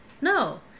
No